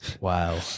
Wow